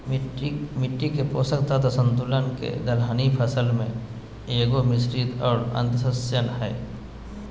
मिट्टी में पोषक तत्व संतुलन ले दलहनी फसल के एगो, मिश्रित और अन्तर्शस्ययन हइ